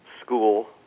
school